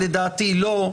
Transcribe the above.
לדעתי לא.